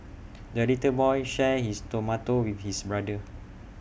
the little boy shared his tomato with his brother